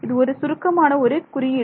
இது ஒரு சுருக்கமான ஒரு குறியீடு